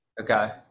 okay